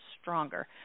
stronger